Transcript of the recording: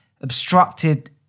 obstructed